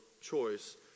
choice